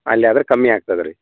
ಅಲ್ಲೆ ಆದ್ರ ಕಮ್ಮಿ ಆಗ್ತದೆ ರೀ